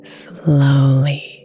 slowly